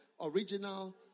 original